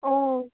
অঁ